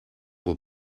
will